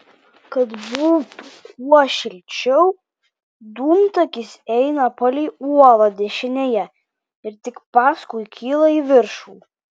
kad būtų kuo šilčiau dūmtakis eina palei uolą dešinėje ir tik paskui kyla į viršų